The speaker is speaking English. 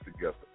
together